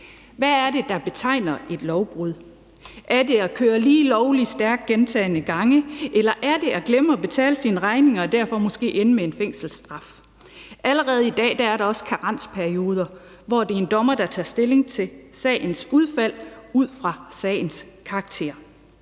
Hvad er det, der betegner et lovbrud? Er det at køre lige lovlig stærkt gentagne gange? Eller er det at glemme at betale sine regninger og derfor måske ende med en fængselsstraf? Allerede i dag er der også karensperioder, hvor det er en dommer, der tager stilling til sagens udfald ud fra sagens karakter.